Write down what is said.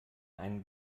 einen